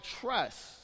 trust